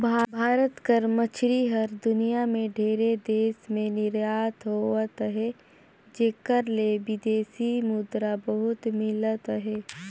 भारत कर मछरी हर दुनियां में ढेरे देस में निरयात होवत अहे जेकर ले बिदेसी मुद्रा बहुत मिलत अहे